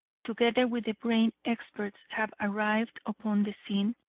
together with the brain experts, have arrived upon the scene,